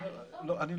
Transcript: אני אומר, לא